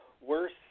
Worse